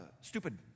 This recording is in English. stupid